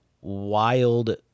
wild